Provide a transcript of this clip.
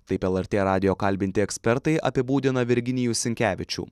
taip lrt radijo kalbinti ekspertai apibūdina virginijų sinkevičių